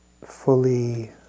fully